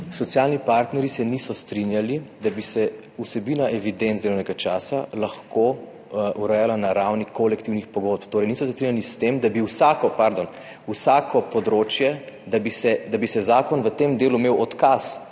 Socialni partnerji se niso strinjali, da bi se vsebina evidenc delovnega časa lahko urejala na ravni kolektivnih pogodb, torej niso se strinjali s tem, da bi za vsako področje imel zakon v tem delu odkaz,